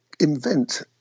invent